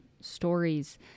stories